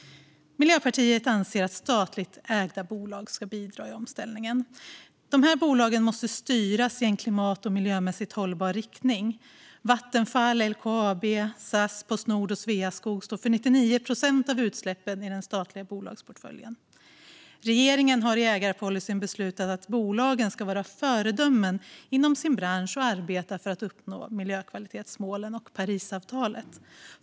Miljöpartiet anser att statligt ägda bolag ska bidra till omställningen. De här bolagen måste styras i en klimat och miljömässigt hållbar riktning. Vattenfall, LKAB, SAS, Postnord och Sveaskog står för 99 procent av utsläppen i den statliga bolagsportföljen. Regeringen har i ägarpolicyn beslutat att bolagen ska vara föredömen inom sin bransch och arbeta för att uppnå miljökvalitetsmålen och Parisavtalet.